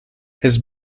his